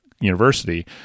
university